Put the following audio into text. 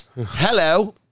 Hello